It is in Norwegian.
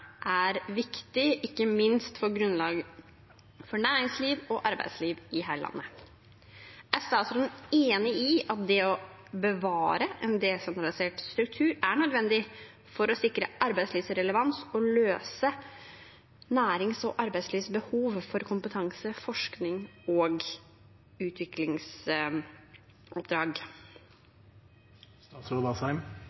er viktig, ikke minst for grunnlaget for næringsliv og arbeidsliv i hele landet. Er statsråden enig i at det å bevare en desentralisert struktur er nødvendig for å sikre arbeidslivsrelevans og løse nærings- og arbeidslivsbehov for kompetanse, forskning og utviklingsoppdrag?